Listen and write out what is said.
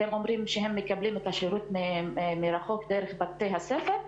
אתם אומרים שהם מקבלים את השירות מרחוק דרך בתי הספר?